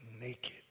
naked